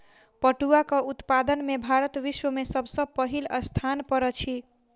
पटुआक उत्पादन में भारत विश्व में सब सॅ पहिल स्थान पर अछि